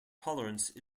tolerance